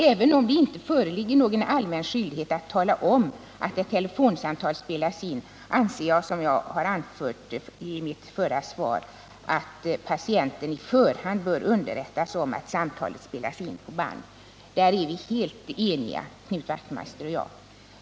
Även om det inte föreligger någon allmän skyldighet att tala om att ett telefonsamtal spelas in, anser jag, som jag sade i mitt förra svar, att patienten i förhand bör underrättas om att samtalet spelas in på band. Härvidlag är Knut Wachtmeister och jag helt eniga.